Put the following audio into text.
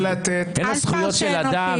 אל תפרשי אותו.